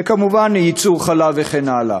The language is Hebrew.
וכמובן, ייצור חלב, וכן הלאה.